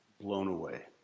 blown away.